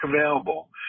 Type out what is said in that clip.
available